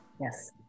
Yes